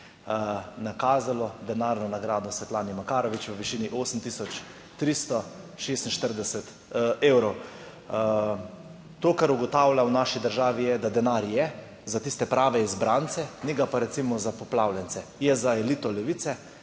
nakazalo denarno nagrado Svetlane Makarovič v višini 8346 evrov. To, kar ugotavlja v naši državi je, da denar je za tiste prave izbrance, ni ga pa recimo za poplavljence. Je za elito Levice,